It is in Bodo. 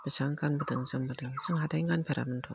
बेसां गानबोदों जोमबोदों जों हाथाइनि गानफेरामोन्थ'